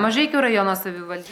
mažeikių rajono savivaldybė